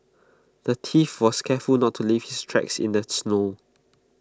the thief was careful not to leave his tracks in the snow